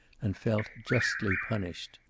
and felt justly punished.